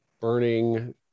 burning